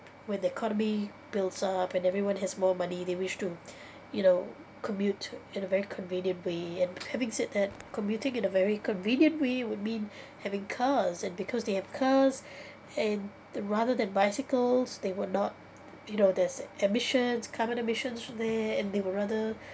when the economy builds up and everyone has more money they wish to you know commute in a very convenient way and having said that commuting in a very convenient way would mean having cars and because they have cars and then rather than bicycles that were not you know there's emissions carbon emissions from there and they will rather